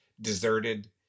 deserted